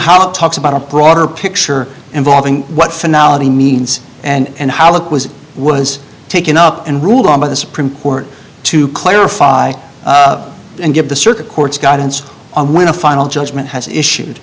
how talks about a broader picture involving what finale means and how it was was taken up and ruled on by the supreme court to clarify and give the circuit courts guidance on when a final judgment has issued